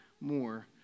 more